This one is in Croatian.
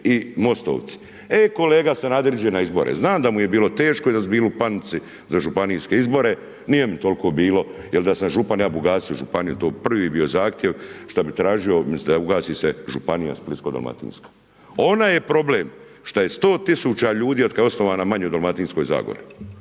i Most-ovci. E kolega Sanader, iđe na izbore. Znam da ju je bilo teško i da su bili u panici za županijske izbore, nije mi toliko bilo, jer da sam župan ja bih ugasio županiju, to bi prvi bio zahtjev što bih tražio od ministra da ugasi se Županija splitsko-dalmatinska. Ona je problem što je 100 tisuća ljudi od kada je osnovana manje u Dalmatinskoj Zagori.